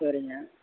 சரிங்க